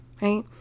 right